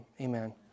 amen